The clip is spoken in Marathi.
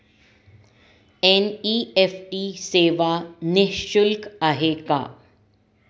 एन.इ.एफ.टी सेवा निःशुल्क आहे का?